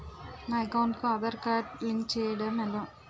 నా అకౌంట్ కు Aadhaar card link చేయడం ఎలా?